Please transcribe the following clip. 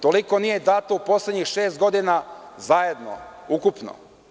Toliko nije dato u poslednjih šest godina zajedno, ukupno.